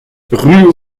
rue